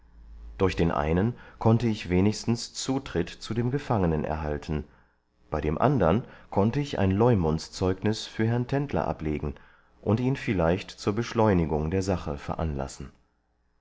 durch den einen konnte ich wenigstens zutritt zu dem gefangenen erhalten bei dem andern konnte ich ein leumundszeugnis für herrn tendler ablegen und ihn vielleicht zur beschleunigung der sache veranlassen